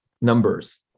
numbers